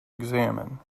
examine